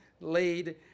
laid